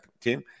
team